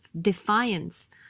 defiance